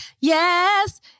Yes